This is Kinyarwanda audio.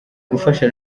gufasha